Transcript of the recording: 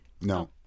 no